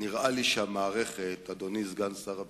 נראה לי שהמערכת, אדוני סגן שר הביטחון,